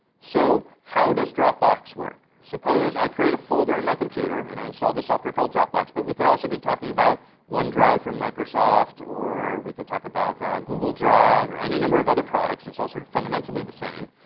so how does dropbox work? suppose i create a folder on my computer, and i install this software called dropbox. but we could also be talking about onedrive from microsoft, or we could talk about the google drive, or any number of other products. it's all sort of fundamentally the same.